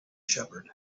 shepherd